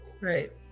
right